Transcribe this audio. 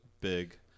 big